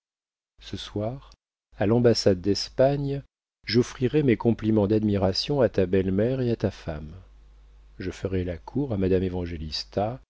ce soir à l'ambassade d'espagne j'offrirai mes compliments d'admiration à ta belle-mère et à ta femme je ferai la cour à madame évangélista